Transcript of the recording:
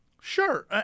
Sure